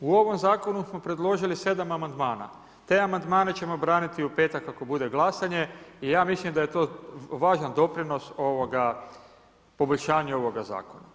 U ovom zakonu smo predložili sedam amandmana, te amandmane ćemo braniti u petak ako bude glasanje i ja mislim da je to važan doprinos poboljšanju ovoga zakona.